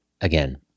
again